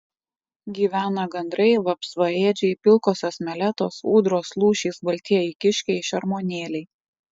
gyvena gandrai vapsvaėdžiai pilkosios meletos ūdros lūšys baltieji kiškiai šermuonėliai